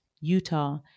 Utah